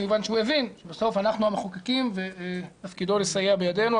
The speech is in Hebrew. כיוון שהוא הבין: בסוף אנחנו המחוקקים ותפקידו לסייע בידינו.